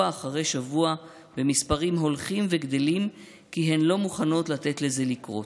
אחרי שבוע במספרים הולכים וגדלים כי הן לא מוכנות לתת לזה לקרות.